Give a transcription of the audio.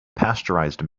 pasteurized